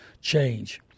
change